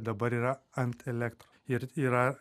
dabar yra ant elektra ir yra